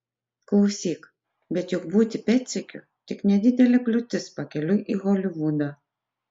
klausyk bet juk būti pėdsekiu tik nedidelė kliūtis pakeliui į holivudą